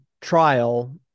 trial